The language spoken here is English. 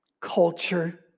culture